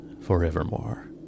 forevermore